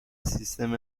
سیستم